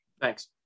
Thanks